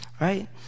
Right